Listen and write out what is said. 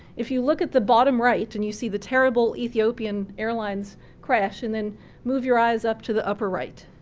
if you look at the bottom right and you see the terrible ethiopian airlines crash, and then move your eyes up to the upper right.